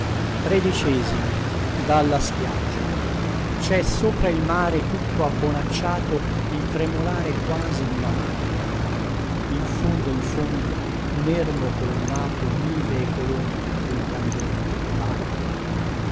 lhai detto cè sopra il mare tutto abbonacciato il tremolare quasi duna maglia in fondo in fondo un ermo colonnato nivee colonne dun candor che abbaglia